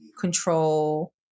control